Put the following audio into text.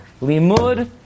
Limud